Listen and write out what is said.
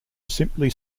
simply